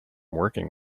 working